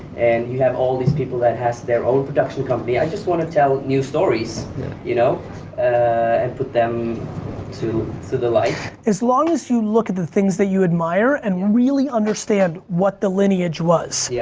and you have all these people that has their own production company. i just want to tell new stories you know ah and put them to so the light. as long as you look at the things that you admire and really understand what the lineage was. yeah